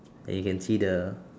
and you can see the